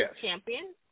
champion